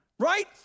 right